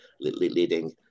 leading